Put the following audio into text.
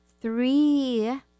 Three